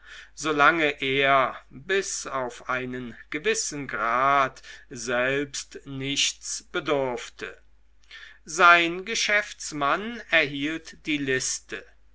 er bis auf einen gewissen grad selbst nichts bedurfte sein geschäftsmann erhielt die liste